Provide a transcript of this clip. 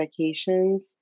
medications